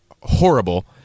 horrible